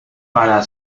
para